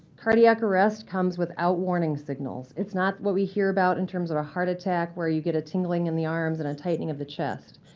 cardiac arrest comes without warning signals. it's not what we hear about in terms of a heart attack where you get a tingling in the arms and a um tightening of the chest.